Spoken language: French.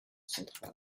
centrale